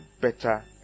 better